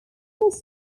this